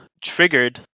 triggered